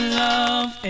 love